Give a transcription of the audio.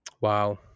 wow